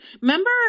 Remember